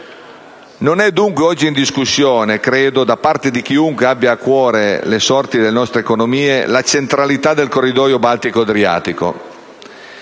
Non è dunque oggi in discussione, credo, da parte di chiunque abbia a cuore le sorti delle nostre economie la centralità del corridoio Baltico-Adriatico,